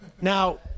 Now